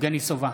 יבגני סובה,